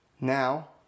Now